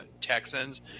Texans